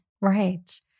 Right